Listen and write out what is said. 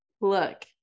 look